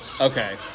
okay